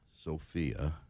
Sophia